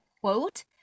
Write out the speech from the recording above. quote